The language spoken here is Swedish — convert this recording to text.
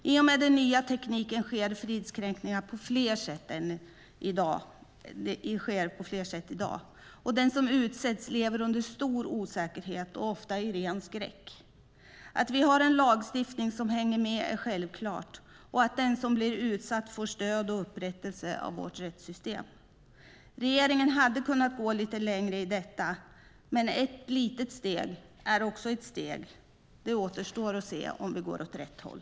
I och med den nya tekniken sker fridskränkningar på fler sätt i dag, och den som utsätts lever under stor osäkerhet och ofta i ren skräck. Det är självklart att vi ska ha en lagstiftning som hänger med och att den som blir utsatt får stöd och upprättelse av vårt rättssystem. Regeringen hade kunnat gå lite längre i detta, men ett litet steg är också ett steg. Det återstår att se om vi går åt rätt håll.